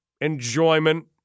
enjoyment